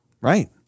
right